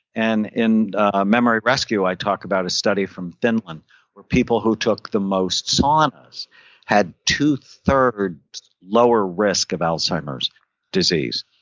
and in ah memory rescue, i talked about a study from finland where people who took the most saunas had two thirds lower risk of alzheimer's disease.